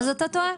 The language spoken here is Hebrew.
אז אתה טועה.